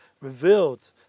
revealed